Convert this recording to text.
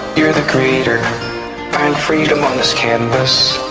you're the creator find freedom on this canvas